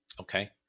okay